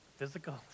physical